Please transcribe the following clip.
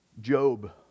Job